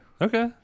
Okay